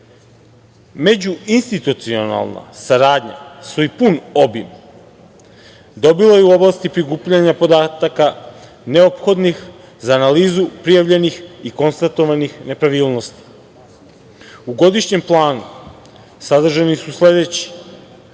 učešća.Međuinstitucionalna saradnja svoj pun obim dobila je u oblasti prikupljanja podataka neophodnih za analizu prijavljenih i konstatovanih nepravilnosti. U godišnjem planu sadržani su sledeći